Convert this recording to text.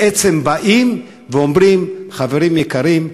בעצם באים ואומרים: חברים יקרים,